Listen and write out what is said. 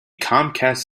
comcast